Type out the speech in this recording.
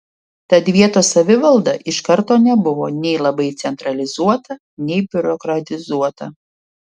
tad vietos savivalda iš karto nebuvo nei labai centralizuota nei biurokratizuota